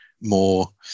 more